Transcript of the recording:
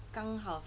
刚好